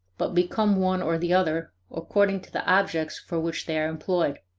but become one or the other according to the objects for which they are employed.